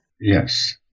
Yes